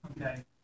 okay